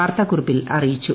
വാർത്താകുറിപ്പിൽ അറിയിച്ചു